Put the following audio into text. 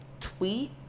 tweet